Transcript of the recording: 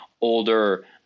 older